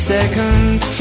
Seconds